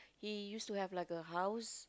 he used to have like a house